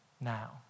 now